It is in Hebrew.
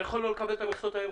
אתה יכול לא לקבל את המכסות היום,